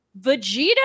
Vegeta